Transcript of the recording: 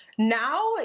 Now